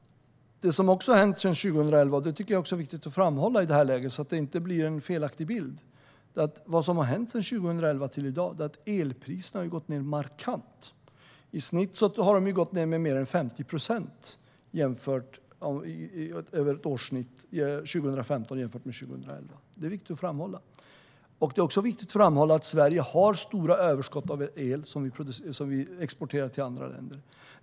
Något som har hänt sedan 2011 och som jag tycker att det är viktigt att framhålla i det här läget, så att det inte blir en felaktig bild, är att elpriserna gått ned markant. I snitt har de gått ned med mer än 50 procent över ett årssnitt från 2011 till 2015. Det är också viktigt att framhålla att Sverige har stora överskott av el som vi exporterar till andra länder.